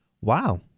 Wow